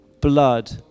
blood